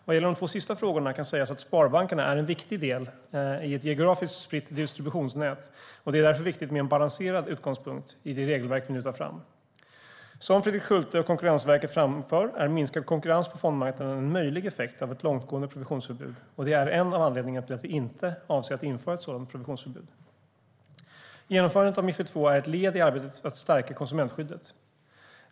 Vad gäller de två sista frågorna kan sägas att sparbankerna är en viktig del i ett geografiskt spritt distributionsnät och att det därför är viktigt med en balanserad utgångspunkt i det regelverk vi nu tar fram. Som Fredrik Schulte och Konkurrensverket framför är minskad konkurrens på fondmarknaden en möjlig effekt av ett långtgående provisionsförbud. Det är en av anledningarna till att vi inte avser att införa ett sådant provisionsförbud. Genomförandet av Mifid II är ett led i arbetet för att stärka konsumentskyddet.